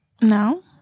No